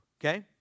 Okay